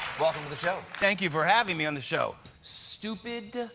welcome to the show. thank you for having me on the show. stupid.